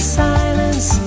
silence